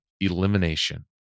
elimination